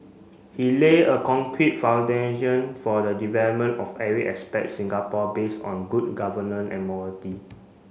he lay a concrete foundation for the development of every aspect Singapore based on good governance and morality